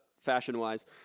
fashion-wise